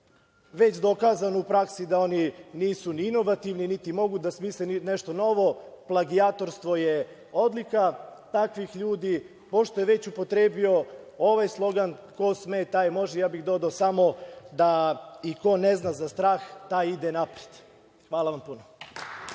već dokazano u praksi da oni nisu ni inovativni, niti mogu da smisle nešto novo, plagijatorstvo je odlika takvih ljudi. Pošto je već upotrebio ovaj slogan – Ko sme, taj može, ja bih dodao samo da - I ko ne zna za strah, taj ide napred. Hvala.